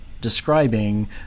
describing